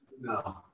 No